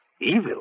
Evil